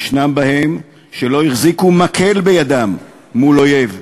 יש בהם שלא החזיקו מקל בידם מול אויב,